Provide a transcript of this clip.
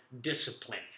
discipline